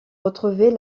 retrouver